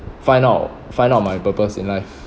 find out find out my purpose in life